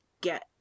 get